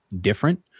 different